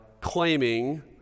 claiming